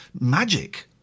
magic